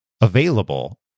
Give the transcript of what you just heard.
available